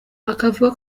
akavuga